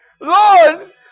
Lord